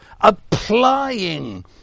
applying